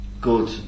good